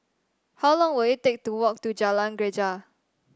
how long will it take to walk to Jalan Greja